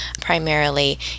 primarily